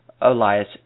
elias